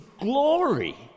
glory